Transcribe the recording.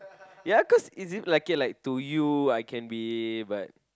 ya cause is it like it to you I can be but